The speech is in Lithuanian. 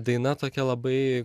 daina tokia labai